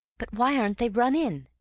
but why aren't they run in?